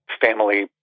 family